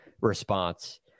response